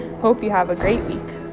hope you have a great week